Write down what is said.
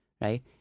right